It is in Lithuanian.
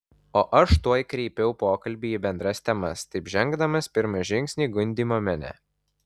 o aš tuoj kreipiau pokalbį į bendras temas taip žengdamas pirmą žingsnį gundymo mene